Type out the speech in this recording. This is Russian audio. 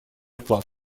вклад